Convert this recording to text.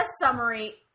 summary